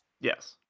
Yes